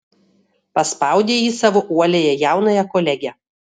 paspaudė ji savo uoliąją jaunąją kolegę